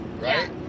Right